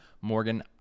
morgan